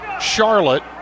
Charlotte